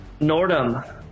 Nordum